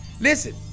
Listen